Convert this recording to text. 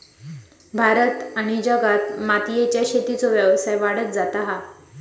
भारत आणि जगात मोतीयेच्या शेतीचो व्यवसाय वाढत जाता हा